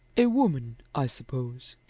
a woman, i suppose.